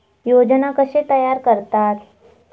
योजना कशे तयार करतात?